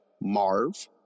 Marv